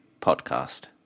podcast